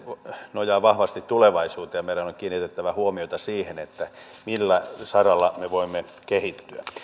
nojaa vahvasti tulevaisuuteen meidän on on kiinnitettävä huomiota siihen millä saralla me voimme kehittyä